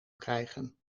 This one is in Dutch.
krijgen